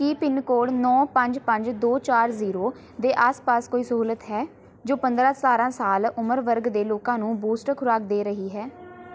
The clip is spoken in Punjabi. ਕੀ ਪਿੰਨ ਕੋਡ ਨੌ ਪੰਜ ਪੰਜ ਦੋ ਚਾਰ ਜ਼ੀਰੋ ਦੇ ਆਸ ਪਾਸ ਕੋਈ ਸਹੂਲਤ ਹੈ ਜੋ ਪੰਦਰਾਂ ਸਤਾਰਾਂ ਸਾਲ ਉਮਰ ਵਰਗ ਦੇ ਲੋਕਾਂ ਨੂੰ ਬੂਸਟਰ ਖੁਰਾਕ ਦੇ ਰਹੀ ਹੈ